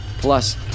Plus